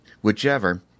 Whichever